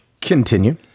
Continue